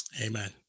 Amen